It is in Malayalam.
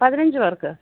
പതിനഞ്ചു പേർക്ക്